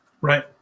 right